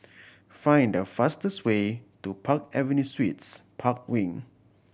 find the fastest way to Park Avenue Suites Park Wing